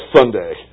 Sunday